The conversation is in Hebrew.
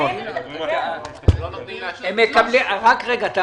רק רגע.